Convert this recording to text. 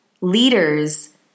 leaders